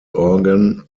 organ